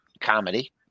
comedy